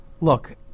Look